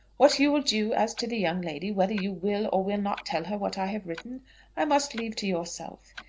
what you will do as to the young lady whether you will or will not tell her what i have written i must leave to yourself.